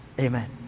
Amen